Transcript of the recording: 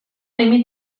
límit